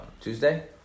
Tuesday